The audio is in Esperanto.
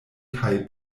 kaj